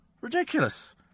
Ridiculous